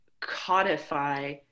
codify